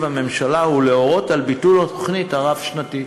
הממשלה ולהורות על ביטול התוכנית הרב-שנתית.